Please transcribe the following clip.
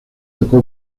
tocó